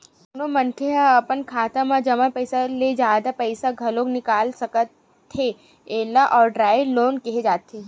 कोनो मनखे ह अपन खाता म जमा पइसा ले जादा पइसा घलो निकाल सकथे एला ओवरड्राफ्ट लोन केहे जाथे